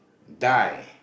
die